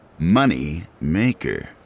Moneymaker